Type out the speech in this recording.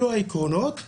אלו העקרונות.